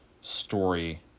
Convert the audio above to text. story